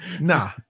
nah